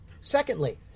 Secondly